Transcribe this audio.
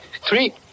Three